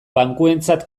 bankuentzat